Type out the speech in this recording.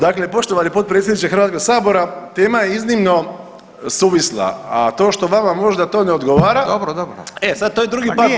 Dakle, poštovani potpredsjedniče Hrvatskog sabora tema je iznimno suvisla, a to što vama možda to ne odgovara e sad to je drugi par postola.